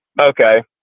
Okay